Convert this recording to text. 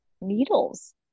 Needles